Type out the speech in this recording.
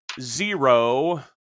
Zero